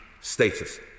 status